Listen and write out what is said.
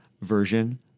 version